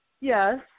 yes